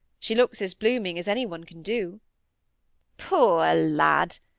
she looks as blooming as any one can do poor lad!